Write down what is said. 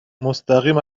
مستقیم